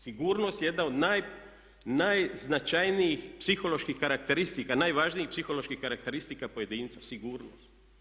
Sigurnost je jedna od najznačajnijih psiholoških karakteristika, najvažnijih psiholoških karakteristika pojedinca, sigurnost.